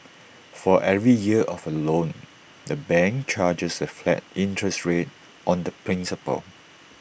for every year of A loan the bank charges A flat interest rate on the principal